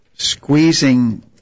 Squeezing